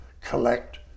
collect